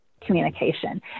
communication